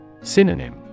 Synonym